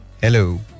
Hello